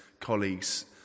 colleagues